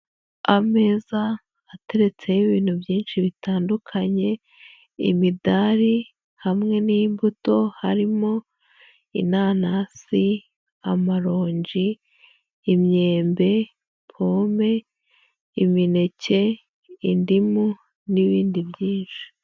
Ameza ateretseho ibintu byinshi bitandukanye, imidari hamwe n'imbuto, harimo inanasi, amaronji, imyembe, pome, imineke, indimu, n'ibindi byinshi.